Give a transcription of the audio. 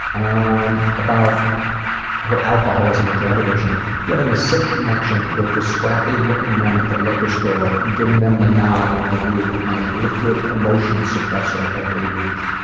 um about her alcoholism and drug addiction feeling a sick connection with the scrappy-looking men at the liquor store and giving them a nod when i leave with my liquid emotion-suppressor every week.